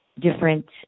different